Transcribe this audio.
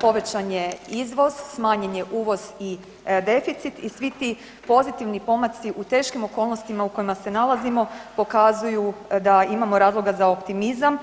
povećan je izvoz, smanjen je uvoz i deficit i svi ti pozitivni pomaci u teškim okolnostima u kojima se nalazimo, pokazuju da imamo razloga za optimizam